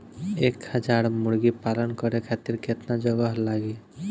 एक हज़ार मुर्गी पालन करे खातिर केतना जगह लागी?